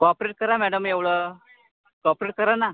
cooperate करा madam एवढं cooperate करा ना